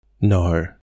no